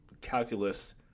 calculus